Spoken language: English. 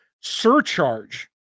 surcharge